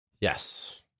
Yes